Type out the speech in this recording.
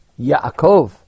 Yaakov